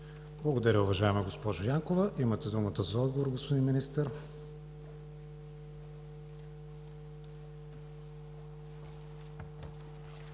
Благодаря, уважаема госпожо Янкова. Имате думата за отговор, господин Министър.